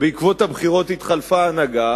בעקבות הבחירות התחלפה ההנהגה,